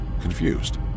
confused